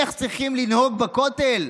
איך צריכים לנהוג בכותל.